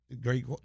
Great